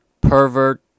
pervert